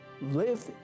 live